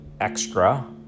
extra